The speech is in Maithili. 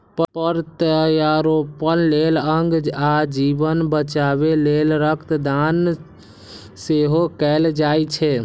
प्रत्यारोपण लेल अंग आ जीवन बचाबै लेल रक्त दान सेहो कैल जाइ छै